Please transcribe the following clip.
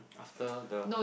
after the